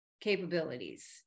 capabilities